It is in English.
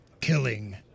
killing